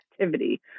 activity